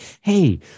hey